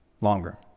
longer